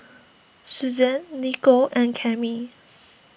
Susann Niko and Cami